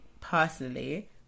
personally